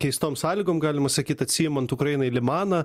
keistom sąlygom galima sakyt atsiimant ukrainai limaną